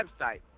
website